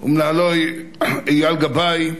ומנהלו אייל גבאי,